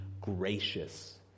gracious